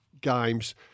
games